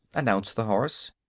announced the horse.